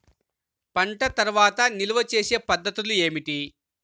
పంట తర్వాత నిల్వ చేసే పద్ధతులు ఏమిటి?